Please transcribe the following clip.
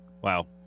wow